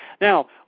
Now